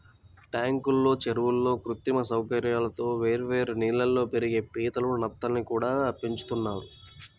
ట్యాంకుల్లో, చెరువుల్లో కృత్రిమ సౌకర్యాలతో వేర్వేరు నీళ్ళల్లో పెరిగే పీతలు, నత్తల్ని కూడా పెంచుతున్నారు